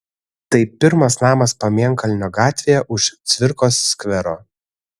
tai pirmas namas pamėnkalnio gatvėje už cvirkos skvero